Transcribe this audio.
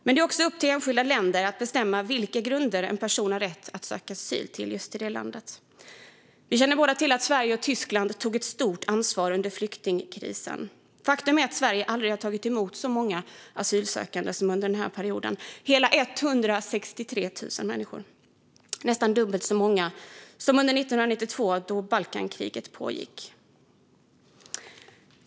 Men det är också upp till enskilda länder att bestämma på vilka grunder en person har rätt att söka asyl i just det landet. Vi känner båda till att Sverige och Tyskland tog ett stort ansvar under flyktingkrisen. Faktum är att Sverige aldrig har tagit emot så många asylsökande som under den här perioden - hela 163 000 människor. Det är nästan dubbelt så många som under 1992, då Balkankriget pågick.